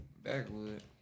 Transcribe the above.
backwood